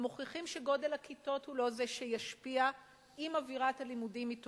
הם מוכיחים שלא גודל הכיתות הוא שישפיע אם אווירת הלימודים היא טובה.